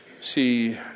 see